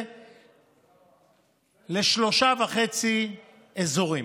לשלושה וחצי אזורים: